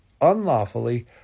unlawfully